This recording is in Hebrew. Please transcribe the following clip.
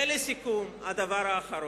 ולסיכום, הדבר האחרון.